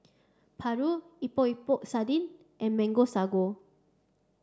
Paru Epok Epok Sardin and mango Sago